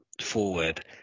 forward